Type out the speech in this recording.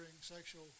sexual